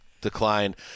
Decline